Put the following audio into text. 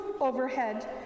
overhead